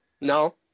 No